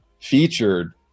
featured